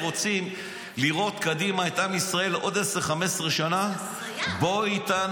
אני רואה את עם ישראל, ואני אומר